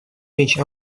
речь